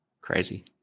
Crazy